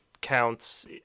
counts